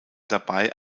dabei